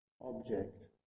object